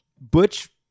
Butch